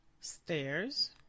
stairs